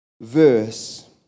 verse